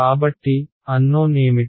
కాబట్టి అన్నోన్ ఏమిటి